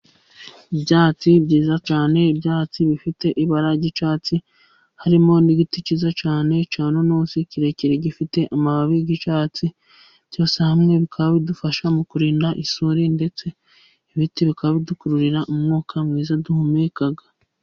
Ibyatsi byiza cyane, ibyatsi bifite ibara ry'icyatsi, harimo n'igiti cyiza cyane cya nunusi, kirekire gifite amababi yi'icyatsi. Byose hamwe bikaba bidufasha mu kurinda isuri, ndetse ibiti bikaba bidukururira umwuka mwiza duhumeka.